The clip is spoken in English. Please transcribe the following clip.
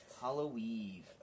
Halloween